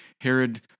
Herod